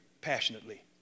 passionately